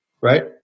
right